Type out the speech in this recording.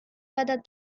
whether